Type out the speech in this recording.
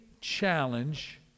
challenge